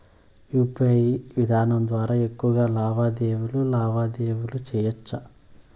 UPI విధానం ద్వారా ఎక్కువగా లావాదేవీలు లావాదేవీలు సేయొచ్చా?